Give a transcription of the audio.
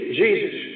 jesus